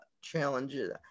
challenges